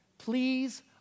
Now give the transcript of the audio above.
Please